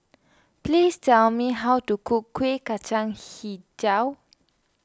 please tell me how to cook Kuih Kacang HiJau